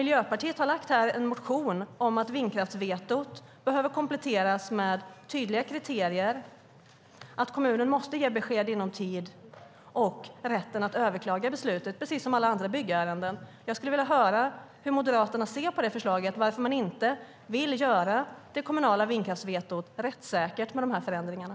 Miljöpartiet har en motion om att vindkraftsvetot behöver kompletteras med tydliga kriterier, att kommunen måste ge besked inom viss tid och att rätt ska finnas att överklaga beslutet, precis som i alla andra byggärenden. Jag skulle vilja höra hur Moderaterna ser på det förslaget. Varför vill man inte göra det kommunala vindkraftsvetot rättssäkert med de här förändringarna?